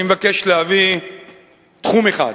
אני מבקש להביא תחום אחד,